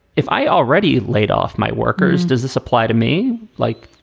if i already laid off my workers, does this apply to me? like,